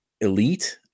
elite